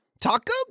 Taco